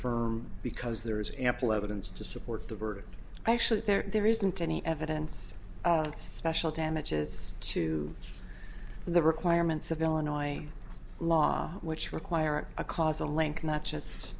affirm because there is ample evidence to support the verdict actually there isn't any evidence of special damages to the requirements of illinois law which requires a causal link not just